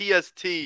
TST